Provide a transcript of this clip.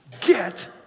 get